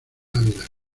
ávila